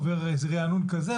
עובר רענון כזה,